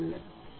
etal European